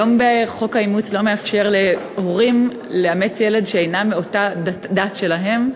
חוק האימוץ לא מאפשר היום להורים לאמץ ילד שאינו מהדת שלהם.